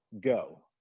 go